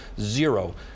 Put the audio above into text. Zero